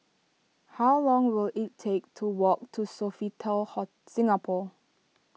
how long will it take to walk to Sofitel Singapore